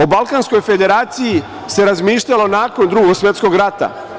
O Balkanskoj federaciji se razmišljalo nakon Drugog svetskog rata.